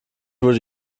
wurde